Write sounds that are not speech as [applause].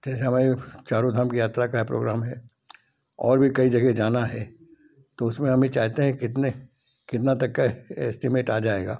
[unintelligible] चारों धाम की यात्रा का ये प्रोग्राम है और भी कई जगह जाना है तो उसमें हम ये चाहते हैं कितने कितना तक का एस्टिमेट आ जाएगा